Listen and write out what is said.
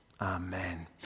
Amen